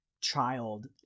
child